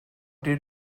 did